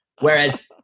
Whereas